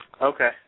Okay